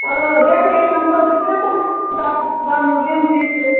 ڈٮ۪کۄریشنَن خٲطرِ چھِنَہ تِم گملہٕ تِم تہِ چھِ